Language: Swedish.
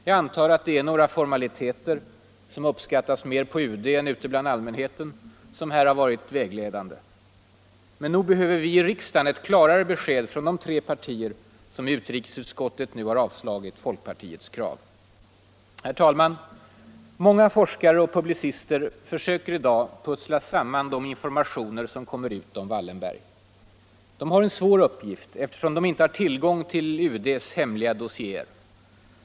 Jag antar att det är några formaliteter, som uppskattas mer på UD än ute bland allmänheten, som här varit vägledande. Men nog behöver vi i riksdagen ett klarare besked från de tre partier som i utrikesutskottet nu avstyrkt folkpartiets krav. Många forskare och publicister försöker i dag att pussla samman de informationer som kommer ut om Wallenberg. De har en svår uppgift, eftersom de inte har tillgång till UD:s hemliga dossierer.